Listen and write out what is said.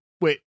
Wait